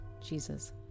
Jesus